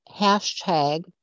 hashtag